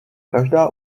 každá